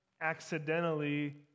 accidentally